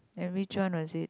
and which one was it